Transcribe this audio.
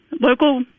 local